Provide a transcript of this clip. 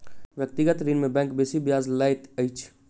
व्यक्तिगत ऋण में बैंक बेसी ब्याज लैत अछि